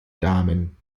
damen